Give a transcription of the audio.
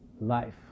life